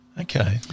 Okay